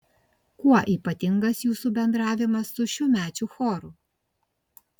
kuo ypatingas jūsų bendravimas su šiųmečiu choru